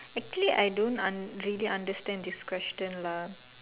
actually I don't un really understand this question lah